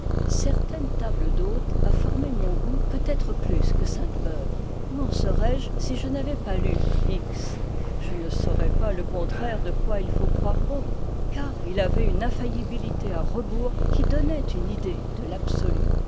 certaine table d'hôte a formé mon goût peut-être plus que sainte-beuve où en serais-je si je n'avais pas lu x je ne saurais pas le contraire de quoi il faut croire bon car il avait une infaillibilité à rebours qui donnait une idée de l'absolu